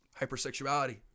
hypersexuality